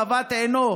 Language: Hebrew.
בבת עינו,